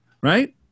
right